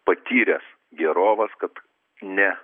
patyręs gėrovas kad ne